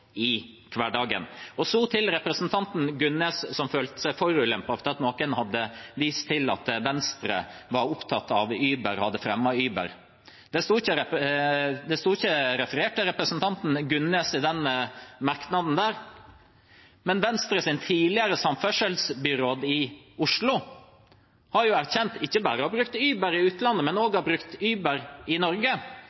i hverdagen. Så til representanten Gunnes, som følte seg forulempet fordi noen hadde vist til at Venstre var opptatt av Uber, hadde fremmet Uber. Det sto ikke referert til representanten Gunnes i den merknaden. Men Venstres tidligere samferdselsbyråd i Oslo har erkjent ikke bare å ha brukt Uber i utlandet, men også å ha brukt Uber i Norge, og